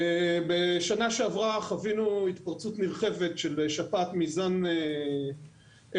בשנה שעברה חווינו התפרצות נרחבת של שפעת מזן H5N8,